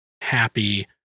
happy